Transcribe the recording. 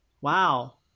wow